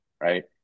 Right